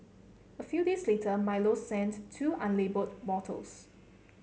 a few days later Milo sent two unlabelled bottles